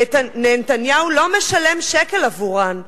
נהנתניהו לא משלם שקל עבורם,